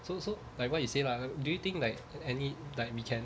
so so like what you say lah do you think like any like we can